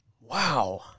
Wow